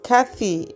Kathy